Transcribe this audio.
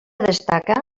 destaca